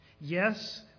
Yes